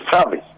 service